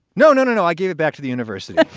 no, no, no, no. i gave it back to the university.